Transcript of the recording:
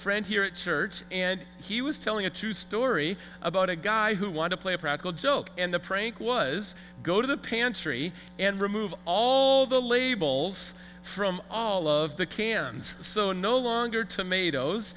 friend here at church and he was telling a true story about a guy who want to play a practical joke and the prank was go to the pantry and remove all the labels from all of the cans so no longer tomatoes